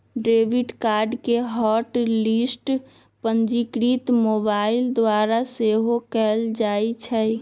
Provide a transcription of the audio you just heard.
debit card के hot list पंजीकृत mobile द्वारा सेहो कएल जाइ छै